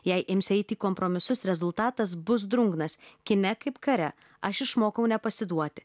jei imsi eiti į kompromisus rezultatas bus drungnas kine kaip kare aš išmokau nepasiduoti